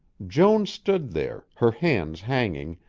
joan stood there, her hands hanging,